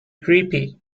creepy